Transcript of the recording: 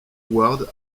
ward